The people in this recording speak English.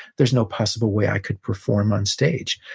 there's no possible way i could perform on stage,